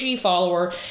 follower